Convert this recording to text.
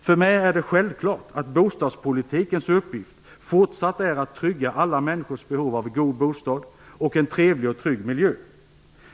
För mig är det självklart att bostadspolitikens uppgift fortsatt är att trygga alla människors behov av en god bostad och en trevlig och trygg närmiljö.